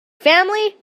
family